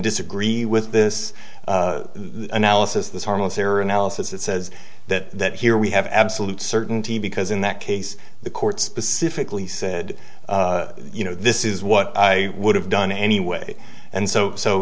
disagree with this analysis this harmless error analysis that says that here we have absolute certainty because in that case the court specifically said you know the this is what i would have done anyway and so so